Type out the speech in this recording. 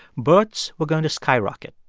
births were going to skyrocket.